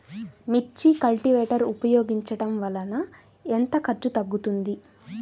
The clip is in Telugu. మిర్చి కల్టీవేటర్ ఉపయోగించటం వలన ఎంత ఖర్చు తగ్గుతుంది?